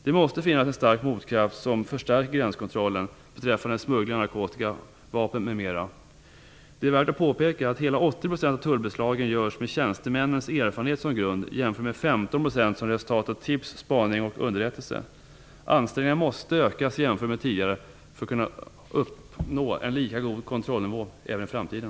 Det måste finnas en stark motkraft som förstärker gränskontrollen beträffande smuggling av narkotika, vapen, m.m. Det är värt att påpeka att hela 80 % av tullbeslagen görs med tjänstemännens erfarenhet som grund jämfört med 15 % som resultat av tips, spaning och underrättelse. Ansträngningar måste ökas för att kunna uppnå en lika god kontrollnivå även i framtiden.